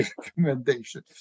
recommendation